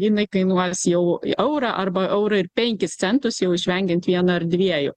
jinai kainuos jau eurą arba eurą ir penkis centus jau išvengiant vieną ar dviejų